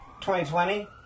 2020